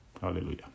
Hallelujah